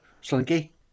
Slinky